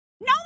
No